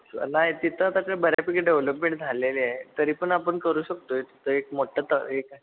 नाही तिथं तसं बऱ्यापैकी डेव्हलपमेंट झालेली आहे तरी पण आपण करू शकतो आहे तिथं एक मोठं तर एक